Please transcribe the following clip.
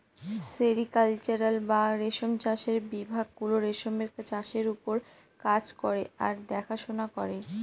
sericulture বা রেশম চাষের বিভাগ গুলো রেশমের চাষের ওপর কাজ করে আর দেখাশোনা করে